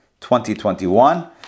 2021